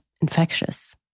infectious